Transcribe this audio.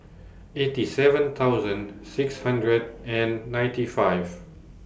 eighty seven thousand six hundred and ninety five